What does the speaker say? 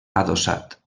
adossat